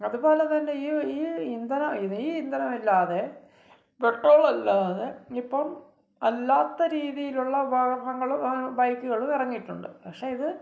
അതുപോലെ തന്നെ ഈ ഈ ഇന്ധനം ഈ ഇന്ധനം ഇല്ലാതെ പെട്രോളല്ലാതെ ഇപ്പം അല്ലാത്ത രീതിയിലുള്ള വാഹനങ്ങളും ബൈക്കുകളും ഇറങ്ങിട്ടുണ്ട് പക്ഷേ ഇത്